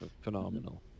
phenomenal